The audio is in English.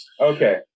Okay